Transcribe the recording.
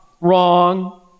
Wrong